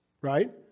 right